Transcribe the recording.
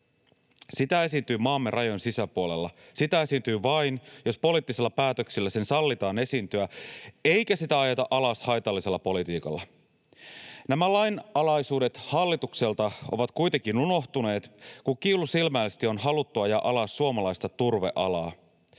sitä esiintyy maamme rajojen sisäpuolella. Sitä esiintyy vain, jos poliittisilla päätöksillä sen sallitaan esiintyä eikä sitä ajeta alas haitallisella politiikalla. Nämä lainalaisuudet hallitukselta ovat kuitenkin unohtuneet, kun kiilusilmäisesti on haluttu ajaa alas suomalaista turvealaa.